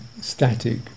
static